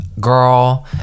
girl